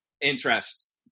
interest